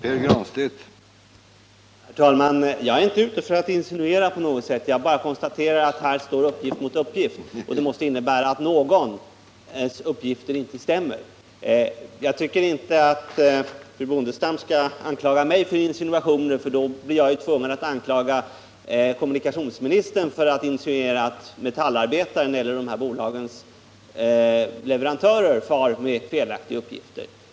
Herr talman! Jag är inte ute för att insinuera på något sätt. Jag konstaterar bara att här står uppgift mot uppgift, och det måste innebära att någons uppgift inte stämmer. Jag tycker inte att fru Bondestam skall anklaga mig för insinuationer, för då blir jag tvungen att anklaga kommunikationsministern för att insinuera att Metallarbetaren eller de här verkens leverantörer far med felaktiga uppgifter.